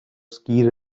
ski